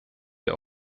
der